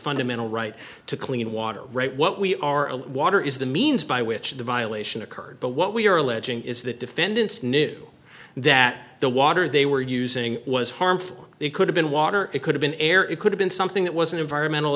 fundamental right to clean water right what we are water is the means by which the violation occurred but what we are alleging is that defendants knew that the water they were using was harmful it could have been water it could have been air it could have been something that wasn't environmental